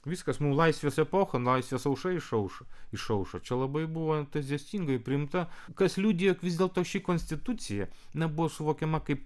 viskas mum laisvės epocha laisvės aušra išaušo išaušo čia labai buvo entuziastingai priimta kas liudija jog vis dėl to ši konstitucija na buvo suvokiama kaip